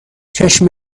چشم